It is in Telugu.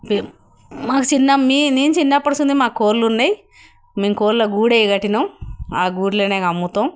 మాకు చిన్న మీ నేను చిన్నప్పటి నుండి మా కోళ్ళు ఉన్నాయి మేము కోళ్ళ గూడే కట్టాము ఆ గూటిలోనే కమ్ముతాము